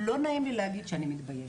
ולא נעים לי להגיד את זה.